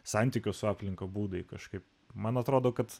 santykio su aplinka būdai kažkaip man atrodo kad